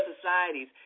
societies